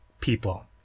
people